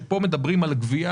כשפה מדברים על גבייה,